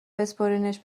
بسپرینش